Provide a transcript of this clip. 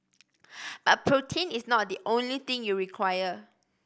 but protein is not the only thing you require